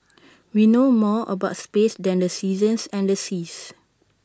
we know more about space than the seasons and the seas